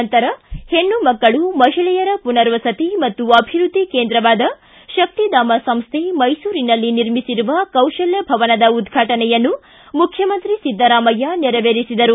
ನಂತರ ಹೆಣ್ಣು ಮಕ್ಕಳು ಮಹಿಳೆಯರ ಪುನರ್ವಸತಿ ಮತ್ತು ಅಭಿವೃದ್ದಿ ಕೇಂದ್ರವಾದ ಶಕ್ತಿಧಾಮ ಸಂಸ್ಟೆ ಮೈಸೂರಿನಲ್ಲಿ ನಿರ್ಮಿಸಿರುವ ಕೌಶಲ್ಯ ಭವನದ ಉದ್ಘಾಟನೆಯನ್ನು ಮುಖ್ಯಮಂತ್ರಿ ಸಿದ್ದರಾಮಯ್ಯ ನೆರವೇರಿಸಿದರು